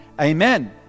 amen